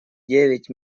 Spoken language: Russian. девять